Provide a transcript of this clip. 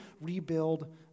rebuild